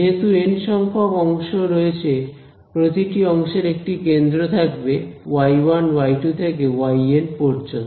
যেহেতু এন সংখ্যক অংশ রয়েছে প্রতিটি অংশের একটি কেন্দ্র থাকবে y1 y2 থেকে yn পর্যন্ত